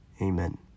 Amen